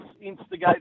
instigate